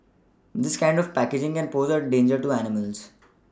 this kind of packaging can pose a danger to animals